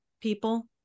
people